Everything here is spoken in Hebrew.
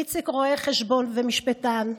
איציק, רואה חשבון ומשפטן,